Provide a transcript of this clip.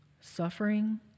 suffering